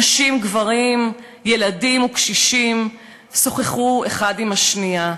נשים וגברים, ילדים וקשישים שוחחו האחד עם השנייה.